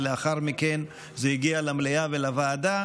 ולאחר מכן זה הגיע למליאה ולוועדה.